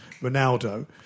Ronaldo